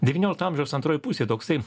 devyniolikto amžiaus antroj pusėj toksai